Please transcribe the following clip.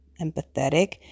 empathetic